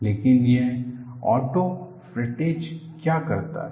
लेकिन यह ऑटॉफ्रेट्टेज क्या करता है